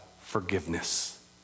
forgiveness